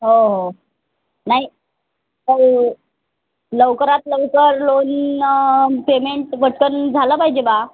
हो हो नाही लवकरात लवकर लोन पेमेंट पटकन झालं पाहिजे बा